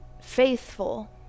faithful